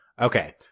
Okay